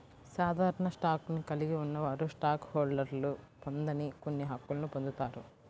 సాధారణ స్టాక్ను కలిగి ఉన్నవారు స్టాక్ హోల్డర్లు పొందని కొన్ని హక్కులను పొందుతారు